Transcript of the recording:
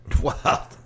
Wow